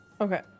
Okay